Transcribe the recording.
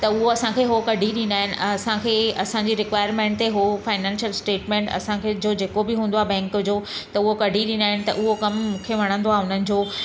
त उअ असांखे उहो कढी ॾींदा आहिनि असांखे असांजी रिक्वायरमेंट ते उहो फाइनैंशियल स्टेटमेंट असांखे जो जेको बि हूंदो आहे बैंक जो त हूअ कढी ॾींदा आहिनि त उहो कम मूंखे वणंदो आहे उन्हनि जो